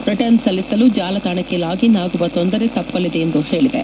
returns ಸಲ್ಲಿಸಲು ಜಾಲತಾಣಕ್ಕೆ login ಆಗುವ ತೊಂದರೆ ತಪ್ಪಲಿದೆ ಎಂದು ಹೇಳಿದೆ